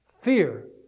Fear